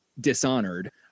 Dishonored